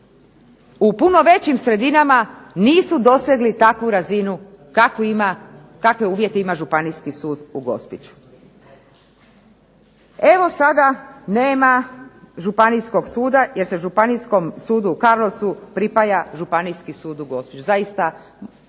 u puno većim sredinama nisu dosegli takvu razinu kakve uvjete ima Županijski sud u Gospiću. Evo sada nema županijskog suda jer se Županijskom sudu u Karlovcu pripaja Županijski sud u Gospiću. Zaista nema